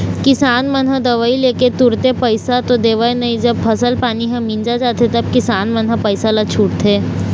किसान मन ह दवई लेके तुरते पइसा तो देवय नई जब फसल पानी ह मिंजा जाथे तभे किसान मन ह पइसा ल छूटथे